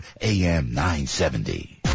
am970